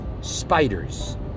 spiders